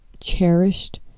cherished